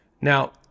Now